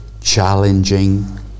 challenging